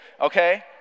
okay